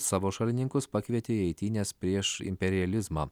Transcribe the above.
savo šalininkus pakvietė į eitynes prieš imperializmą